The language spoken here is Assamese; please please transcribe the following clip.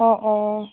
অ অ